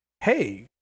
hey